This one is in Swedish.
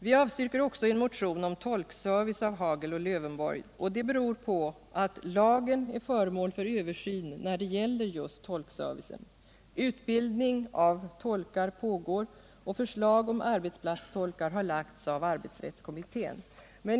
Vi avstyrker också en motion om tolkservice av herrar Hagel och Lövenborg, detta beroende på att lagen är föremål för översyn när det gäller tolkservicen. Utbildning av tolkar pågår och förslag om arbetsplatstolkar har lagts av arbetsrättskommittén.